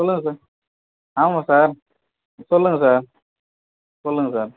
சொல்லுங்கள் சார் ஆமாம் சார் சொல்லுங்கள் சார் சொல்லுங்கள் சார்